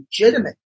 legitimate